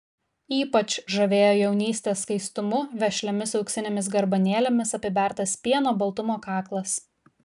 ypač žavėjo jaunystės skaistumu vešliomis auksinėmis garbanėlėmis apibertas pieno baltumo kaklas